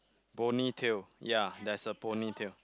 ponytail ya there's a ponytail